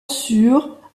sur